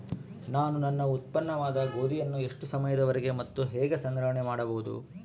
ನಾನು ನನ್ನ ಉತ್ಪನ್ನವಾದ ಗೋಧಿಯನ್ನು ಎಷ್ಟು ಸಮಯದವರೆಗೆ ಮತ್ತು ಹೇಗೆ ಸಂಗ್ರಹಣೆ ಮಾಡಬಹುದು?